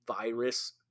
virus